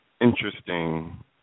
interesting